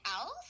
else